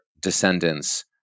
descendants